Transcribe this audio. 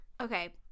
Okay